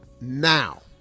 now